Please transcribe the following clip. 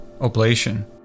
oblation